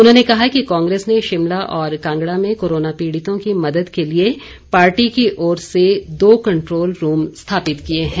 उन्होंने कहा कि कांग्रेस ने शिमला और कांगड़ा में कोरोना पीड़ितों की मदद के लिए पार्टी की ओर से दो कंट्रोल रूम स्थापित किए है